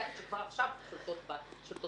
לאפליקציות שכבר עכשיו שולטות בשוק.